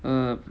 uh